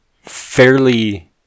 fairly